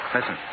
Listen